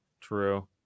True